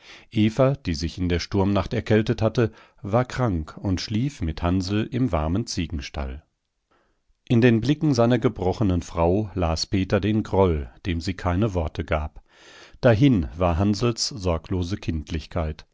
eva die sich in der sturmnacht erkältet hatte war krank und schlief mit hansl im warmen ziegenstall in den blicken seiner gebrochenen frau las peter den groll dem sie keine worte gab dahin war hansls sorglose kindlichkeit